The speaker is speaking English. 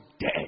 dead